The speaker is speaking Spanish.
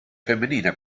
femenina